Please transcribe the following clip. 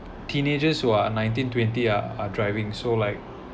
teenagers who are nineteen twenty are are driving so like